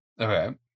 Okay